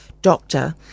doctor